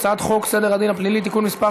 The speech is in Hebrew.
הצעת חוק סדר הדין הפלילי (תיקון מס'